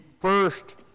first